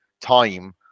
time